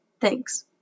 Thanks